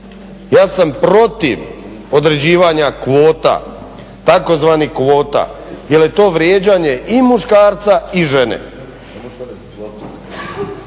ja sam protiv određivanja kvota tzv. kvota jer je to vrijeđanje i muškarca i žene.